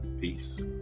Peace